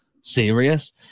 serious